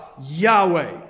Yahweh